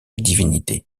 divinité